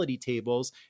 tables